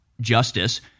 justice